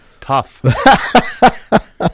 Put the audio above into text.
Tough